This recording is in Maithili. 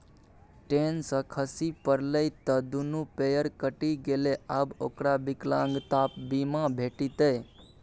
टेन सँ खसि पड़लै त दुनू पयर कटि गेलै आब ओकरा विकलांगता बीमा भेटितै